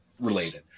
related